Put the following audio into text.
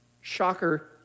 Shocker